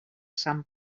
sant